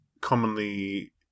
commonly